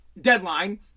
deadline